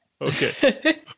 Okay